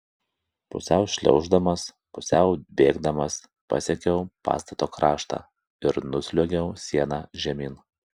pusiau šliauždamas pusiau bėgdamas pasiekiau pastato kraštą ir nusliuogiau siena žemyn